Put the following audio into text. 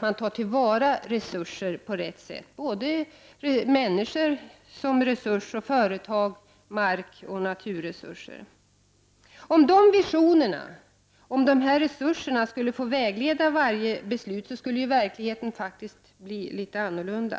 kan ta till vara resurser på rätt sätt, dvs. människorna, företagandet, marken och naturresurserna. Om dessa visioner av resurserna får vägleda varje beslut blir verkligheten en annan.